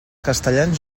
castellans